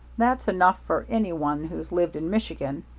that's enough for any one who's lived in michigan.